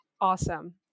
Awesome